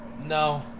no